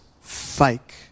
fake